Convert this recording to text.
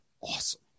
awesome